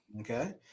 Okay